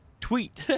tweet